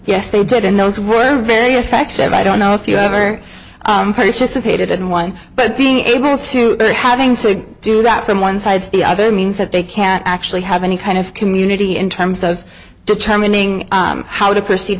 yes they did and those were very effective i don't know if you ever purchase a pated and one but being able to having to do that from one side to the other means that they can't actually have any kind of community in terms of determining how to proceed